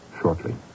shortly